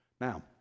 Now